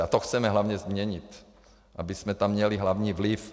A to chceme hlavně změnit, abychom tam měli hlavní vliv.